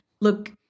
look